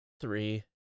three